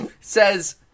says